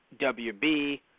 WB